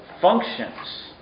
functions